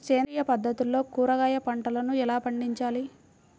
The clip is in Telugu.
సేంద్రియ పద్ధతుల్లో కూరగాయ పంటలను ఎలా పండించాలి?